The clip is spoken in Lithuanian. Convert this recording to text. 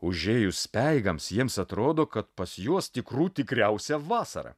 užėjus speigams jiems atrodo kad pas juos tikrų tikriausia vasara